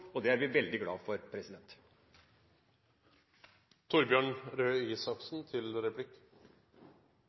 og det er vi veldig glade for.